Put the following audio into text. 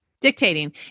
dictating